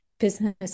business